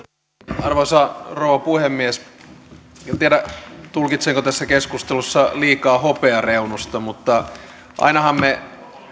arvoisa rouva puhemies en tiedä tulkitsenko tässä keskustelussa liikaa hopeareunusta mutta ainahan me